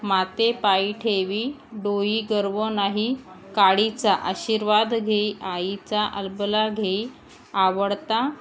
माते पायी ठेवी डोई गर्व नाही काडीचा आशीर्वाद घेई आईचा अलबला घेई आवडता